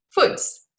foods